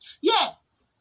Yes